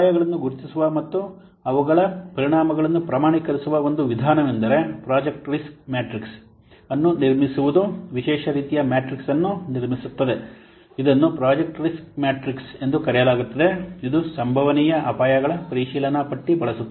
ಅಪಾಯಗಳನ್ನು ಗುರುತಿಸುವ ಮತ್ತು ಅವುಗಳ ಪರಿಣಾಮಗಳನ್ನು ಪ್ರಮಾಣೀಕರಿಸುವ ಒಂದು ವಿಧಾನವೆಂದರೆ ಪ್ರಾಜೆಕ್ಟ್ ರಿಸ್ಕ್ ಮ್ಯಾಟ್ರಿಕ್ಸ್ ಅನ್ನು ನಿರ್ಮಿಸುವುದು ವಿಶೇಷ ರೀತಿಯ ಮ್ಯಾಟ್ರಿಕ್ಸ್ ಅನ್ನು ನಿರ್ಮಿಸುತ್ತದೆ ಇದನ್ನು ಪ್ರಾಜೆಕ್ಟ್ ರಿಸ್ಕ್ ಮ್ಯಾಟ್ರಿಕ್ಸ್ ಎಂದು ಕರೆಯಲಾಗುತ್ತದೆ ಇದು ಸಂಭವನೀಯ ಅಪಾಯಗಳ ಪರಿಶೀಲನಾಪಟ್ಟಿ ಬಳಸುತ್ತದೆ